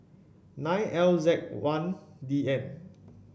nine L Z one D N